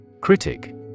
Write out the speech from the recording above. Critic